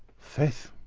faith,